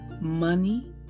money